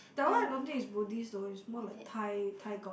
that one I don't think is Buddhist though is more like Thai Thai god